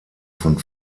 von